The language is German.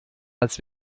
als